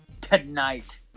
tonight